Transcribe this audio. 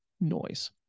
noise